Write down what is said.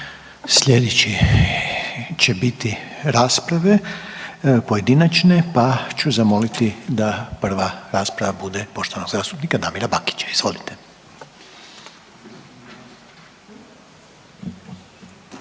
Sljedeći će biti rasprave pojedinačne pa ću zamoliti da prva rasprava bude g. Damira Bakića, izvolite.